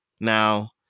now